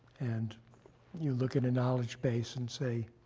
and you look at a knowledge base and say,